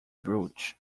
brooch